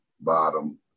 bottom